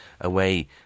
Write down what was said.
away